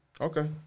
Okay